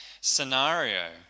scenario